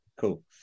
Cool